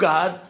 God